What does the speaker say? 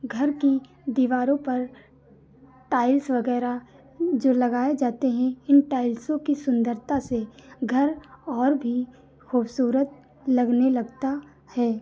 घर की दीवारों पर टाइल्स वगैरह जो लगाए जाते हें इन टाइल्सों की सुन्दरता से घर और भी खूबसूरत लगने लगता है